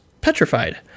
petrified